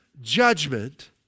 judgment